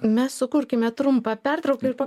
mes sukurkime trumpą pertrauką ir po